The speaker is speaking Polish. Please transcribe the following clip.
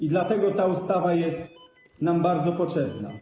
I dlatego ta ustawa jest nam bardzo potrzebna.